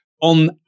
on